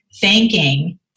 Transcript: thanking